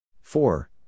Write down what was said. Four